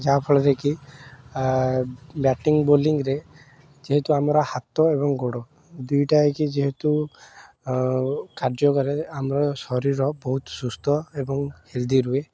ଯାହାଫଳରେ କି ବ୍ୟାଟିଂ ବୋଲିଙ୍ଗରେ ଯେହେତୁ ଆମର ହାତ ଏବଂ ଗୋଡ଼ ଦୁଇଟା ହେଇକି ଯେହେତୁ କାର୍ଯ୍ୟ କରେ ଆମ ଶରୀର ବହୁତ ସୁସ୍ଥ ଏବଂ ହେଲଦି ରୁହେ